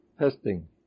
Testing